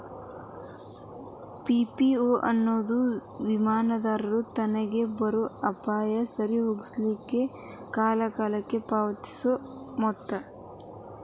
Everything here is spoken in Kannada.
ಪಿ.ಪಿ.ಓ ಎನ್ನೊದು ವಿಮಾದಾರರು ತನಗ್ ಬರೊ ಅಪಾಯಾನ ಸರಿದೋಗಿಸ್ಲಿಕ್ಕೆ ಕಾಲಕಾಲಕ್ಕ ಪಾವತಿಸೊ ಮೊತ್ತ